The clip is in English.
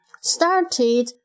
started